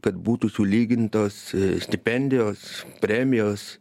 kad būtų sulygintos stipendijos premijos